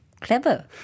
Clever